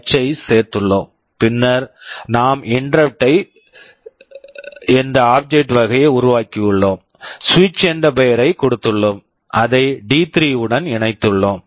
h ஐ சேர்த்துள்ளோம் பின்னர் நாம் இன்டெரப்ட்இன் InterruptIn என்ற ஒரு ஆப்ஜெக்ட் object வகையை உருவாக்கியுள்ளோம் சுவிட்ச் switch என்ற பெயரைக் கொடுத்துள்ளோம் அதை டி3 D3 உடன் இணைத்துள்ளோம்